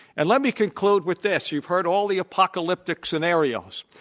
and let me conclude with this. you've heard all the apocalyptic scenarios.